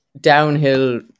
downhill